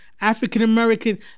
African-American